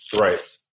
Right